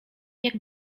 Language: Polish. jak